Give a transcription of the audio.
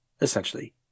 essentially